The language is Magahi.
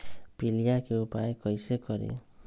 पीलिया के उपाय कई से करी?